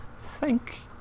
Thank